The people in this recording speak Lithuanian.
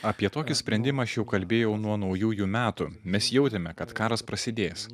apie tokį sprendimą aš jau kalbėjau nuo naujųjų metų mes jautėme kad karas prasidės